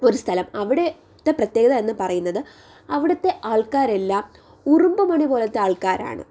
ഒരു സ്ഥലം അവിടുത്തെ പ്രത്യേകത എന്ന് പറയുന്നത് അവിടുത്തെ ആൾക്കാരെല്ലാം ഉറുമ്പുമണി പോലത്തെ ആൾക്കാരാണ്